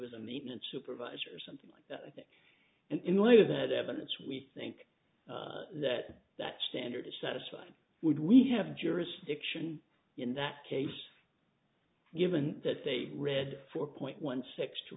was a maintenance supervisor or something like that i think in light of that evidence we think that that standard is satisfied would we have jurisdiction in that case given that they read four point one six to